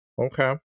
Okay